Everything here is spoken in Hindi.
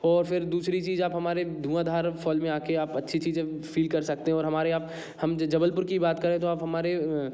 और फिर दूसरी चीज़ आप हमारे धुआँदार फॉल में आ कर आप अच्छी चीज़ें फील कर सकते हो और हमारे आप हम जबलपुर की बात करें तो आप हमारे